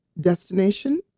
destination